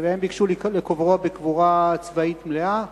והם ביקשו לקוברו בקבורה צבאית מלאה.